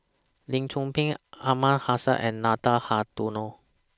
Lim Chor Pee Aliman Hassan and Nathan Hartono